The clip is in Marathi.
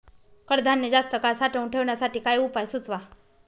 कडधान्य जास्त काळ साठवून ठेवण्यासाठी काही उपाय सुचवा?